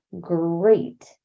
great